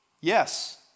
Yes